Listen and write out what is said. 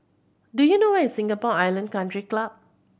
do you know where is Singapore Island Country Club